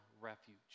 refuge